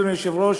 אדוני היושב-ראש,